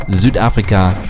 Südafrika